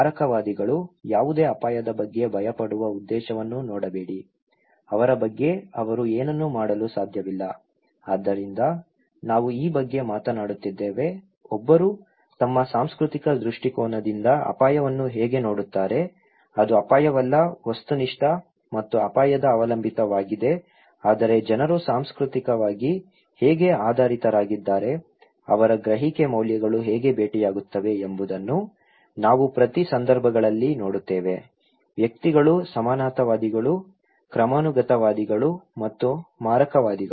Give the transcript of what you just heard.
ಮಾರಕವಾದಿಗಳು ಯಾವುದೇ ಅಪಾಯದ ಬಗ್ಗೆ ಭಯಪಡುವ ಉದ್ದೇಶವನ್ನು ನೋಡಬೇಡಿ ಅವರ ಬಗ್ಗೆ ಅವರು ಏನನ್ನೂ ಮಾಡಲು ಸಾಧ್ಯವಿಲ್ಲ ಆದ್ದರಿಂದ ನಾವು ಈ ಬಗ್ಗೆ ಮಾತನಾಡುತ್ತಿದ್ದೇವೆ ಒಬ್ಬರು ತಮ್ಮ ಸಾಂಸ್ಕೃತಿಕ ದೃಷ್ಟಿಕೋನದಿಂದ ಅಪಾಯವನ್ನು ಹೇಗೆ ನೋಡುತ್ತಾರೆ ಅದು ಅಪಾಯವಲ್ಲ ವಸ್ತುನಿಷ್ಠ ಮತ್ತು ಅಪಾಯದ ಅವಲಂಬಿತವಾಗಿದೆ ಆದರೆ ಜನರು ಸಾಂಸ್ಕೃತಿಕವಾಗಿ ಹೇಗೆ ಆಧಾರಿತರಾಗಿದ್ದಾರೆ ಅವರ ಗ್ರಹಿಕೆ ಮೌಲ್ಯಗಳು ಹೇಗೆ ಭೇಟಿಯಾಗುತ್ತವೆ ಎಂಬುದನ್ನು ನಾವು ಪ್ರತಿ ಸಂದರ್ಭಗಳಲ್ಲಿ ನೋಡುತ್ತೇವೆ ವ್ಯಕ್ತಿಗಳು ಸಮಾನತಾವಾದಿಗಳು ಕ್ರಮಾನುಗತವಾದಿಗಳು ಮತ್ತು ಮಾರಕವಾದಿಗಳು